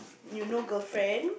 you no girlfriend